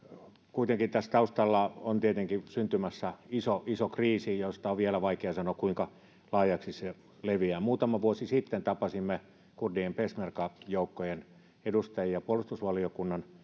kuitenkin tässä taustalla on tietenkin syntymässä iso iso kriisi josta on vielä vaikea sanoa kuinka laajaksi se leviää muutama vuosi sitten tapasimme kurdien peshmerga joukkojen edustajia puolustusvaliokunnan